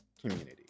community